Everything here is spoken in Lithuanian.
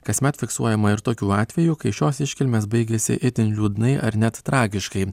kasmet fiksuojama ir tokių atvejų kai šios iškilmės baigėsi itin liūdnai ar net tragiškai